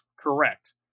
Correct